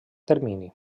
termini